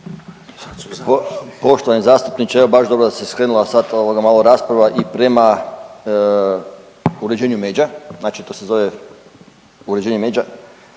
Poštovani zastupniče evo baš dobro da se skrenula sad ovoga malo rasprava i prema uređenju međa. Znači to se zove uređenje međa